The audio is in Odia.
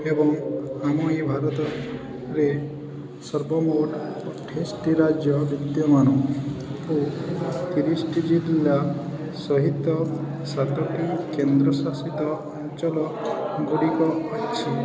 ଏବଂ ଆମ ଏ ଭାରତରେ ସର୍ବମୋଟ ଅଠେଇଶିଟି ରାଜ୍ୟ ବିଦ୍ୟମାନ ଓ ତିରିଶିଟି ଜିଲ୍ଲା ସହିତ ସାତଟି କେନ୍ଦ୍ରଶାସିତ ଅଞ୍ଚଳ ଗୁଡ଼ିକ ଅଛି